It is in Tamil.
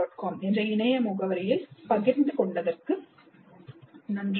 com என்ற இணைய முகவரியில் பகிர்ந்து கொண்டதற்கு நன்றி